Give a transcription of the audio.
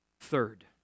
third